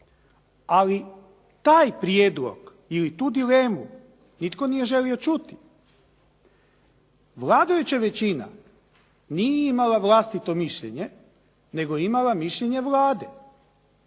ali taj prijedlog ili tu dilemu nitko nije želio čuti. Vladajuća većina nije imala vlastito mišljenje, nego je imala mišljenje Vlade.